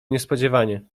niespodziewanie